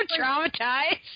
traumatized